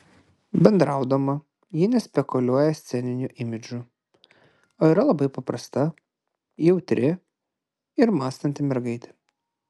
bendraudama ji nespekuliuoja sceniniu imidžu o yra labai paprasta jautri ir mąstanti mergaitė